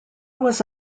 was